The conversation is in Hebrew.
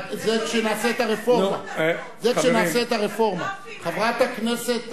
זה כשנעשה את הרפורמה, חברת הכנסת זוארץ.